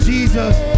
Jesus